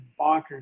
bonkers